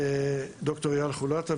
ד"ר אייל חולתה.